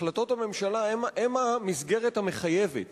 החלטות הממשלה הן המסגרת המחייבת,